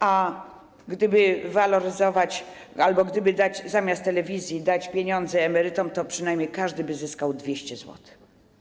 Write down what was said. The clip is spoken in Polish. A gdyby waloryzować albo gdyby zamiast telewizji dać pieniądze emerytom, to przynajmniej każdy by zyskał 200 zł.